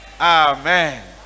Amen